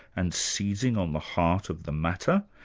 and seizing on the heart of the matter?